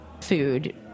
food